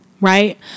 right